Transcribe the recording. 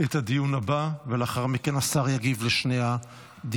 את הדיון הבא, ולאחר מכן השר יגיב על שני הדיונים.